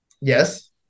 Yes